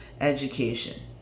education